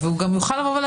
זה כבר אמרנו.